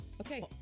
Okay